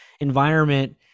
environment